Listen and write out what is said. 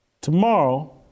Tomorrow